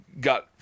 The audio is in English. got